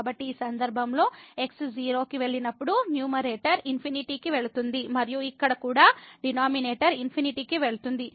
కాబట్టి ఈ సందర్భంలో x 0 కి వెళ్ళినప్పుడు న్యూమరేటర్ ఇన్ఫినిటీ కి వెళుతుంది మరియు ఇక్కడ కూడా డినామినేటర్ ఇన్ఫినిటీ కి వెళుతుంది